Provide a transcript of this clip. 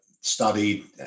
studied